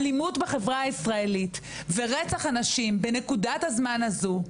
האלימות בחברה הישראלית ורצח הנשים בנקודת הזמן הזו,